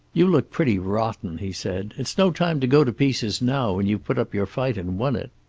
you look pretty rotten, he said. it's no time to go to pieces now, when you've put up your fight and won it.